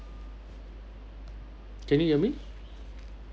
can you hear me